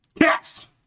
Yes